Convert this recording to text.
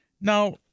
Now